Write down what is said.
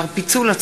שמולי,